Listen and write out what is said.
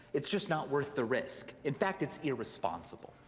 it's just not worth the risk. in fact, it's irresponsible.